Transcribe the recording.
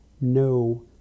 no